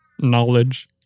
knowledge